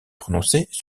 prononcées